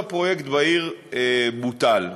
כל הפרויקט בעיר בוטל.